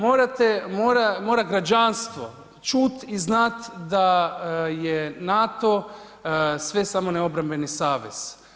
Morate, mora građanstvo čut i znat da je NATO sve samo ne obrambeni savez.